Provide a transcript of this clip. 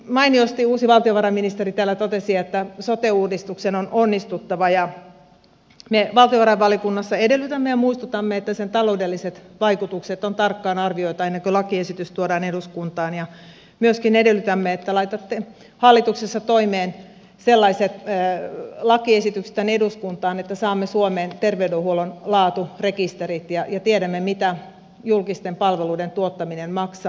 mainiosti uusi valtiovarainministeri täällä totesi että sote uudistuksen on onnistuttava ja me valtiovarainvaliokunnassa edellytämme ja muistutamme että sen taloudelliset vaikutukset on tarkkaan arvioitava ennen kuin lakiesitys tuodaan eduskuntaan ja myöskin edellytämme että laitatte hallituksessa toimeen sellaiset lakiesitykset tänne eduskuntaan että saamme suomeen terveydenhuollon laaturekisterit ja tiedämme mitä julkisten palveluiden tuottaminen maksaa